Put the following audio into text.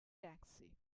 taxi